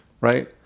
right